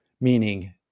Meaning